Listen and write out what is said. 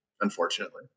unfortunately